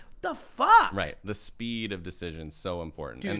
the fuck! right, the speed of decision's so important. dude,